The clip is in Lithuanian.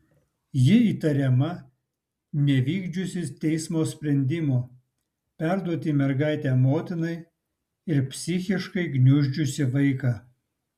ji įtariama nevykdžiusi teismo sprendimo perduoti mergaitę motinai ir psichiškai gniuždžiusi vaiką